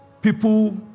People